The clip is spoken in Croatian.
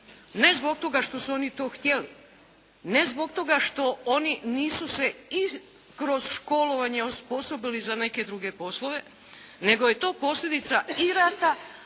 Ne zbog toga što su oni to htjeli. Ne zbog toga što oni nisu se i kroz školovanje osposobili za neke druge poslove, nego je to posljedica i rata